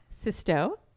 Sisto